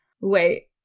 wait